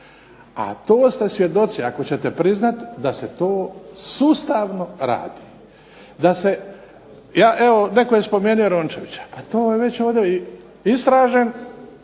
a to ste svjedoci, ako ćete priznati da se to sustavno radi, da se, ja evo netko je spomenuo Rončevića, pa to je već ovdje istražen,